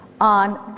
on